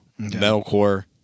metalcore